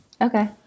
Okay